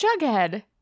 Jughead